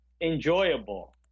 enjoyable